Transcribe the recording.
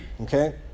okay